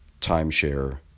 timeshare